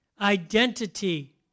Identity